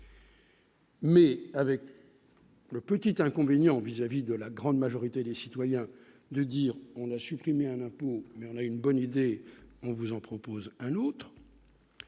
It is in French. Mais avec. Le petit inconvénient vis-à-vis de la grande majorité des citoyens de dire on a supprimer un impôt, mais on a une bonne idée, on vous en propose un autre.